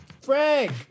Frank